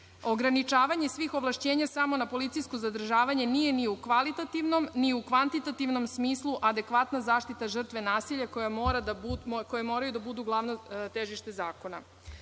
Ograničavanje svih ovlašćenja samo na policijsko zadržavanje nije ni u kvalitativnom, ni u kvantitativnom smislu adekvatna zaštita žrtve nasilja koje moraju da budu glavno težište zakona.U